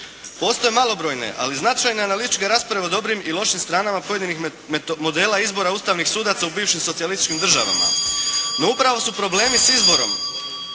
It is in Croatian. Postoje malobrojne, ali značajne analitičke rasprave o dobrim i lošim stranama pojedinih modela izbora ustavnim sudaca u bivšim socijalističkim državama. No, upravo su problemi s izborom,